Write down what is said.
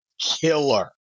killer